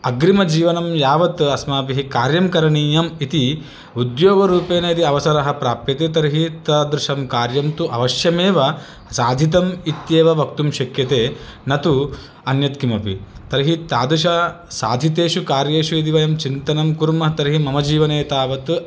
अग्रिमजीवनं यावत् अस्माभिः कार्यं करणीयम् इति उद्योगरूपेन यदि अवसरः प्राप्यते तर्हि तादृशं कार्यं तु अवश्यमेव साधितम् इत्येव वक्तुं शक्यते न तु अन्यत् किमपि तर्हि तादृशसाधितेषु कार्येषु इति वयं चिन्तनं कुर्म तर्हि मम जीवने तावत्